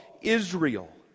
Israel